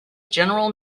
general